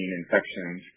infections